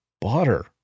butter